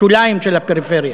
השוליים של הפריפריה.